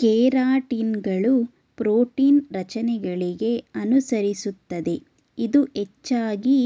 ಕೆರಾಟಿನ್ಗಳು ಪ್ರೋಟೀನ್ ರಚನೆಗಳಿಗೆ ಅನುಸರಿಸುತ್ತದೆ ಇದು ಹೆಚ್ಚಾಗಿ